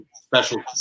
special